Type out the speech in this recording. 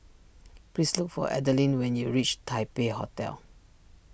please look for Adeline when you reach Taipei Hotel